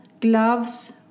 gloves